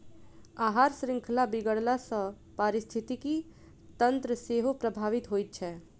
आहार शृंखला बिगड़ला सॅ पारिस्थितिकी तंत्र सेहो प्रभावित होइत छै